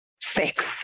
fix